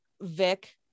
Vic